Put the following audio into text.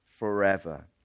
forever